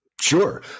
Sure